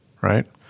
right